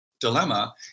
dilemma